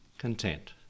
Content